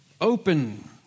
open